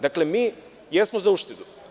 Dakle, mi jesmo za uštedu.